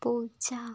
പൂച്ച